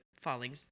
falling